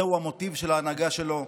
זהו המוטיב של ההנהגה שלו,